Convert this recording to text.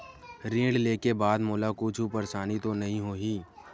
ऋण लेके बाद मोला कुछु परेशानी तो नहीं होही?